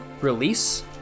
release